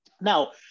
Now